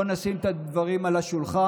בואו נשים את הדברים על השולחן: